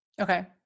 Okay